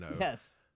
Yes